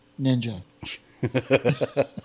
ninja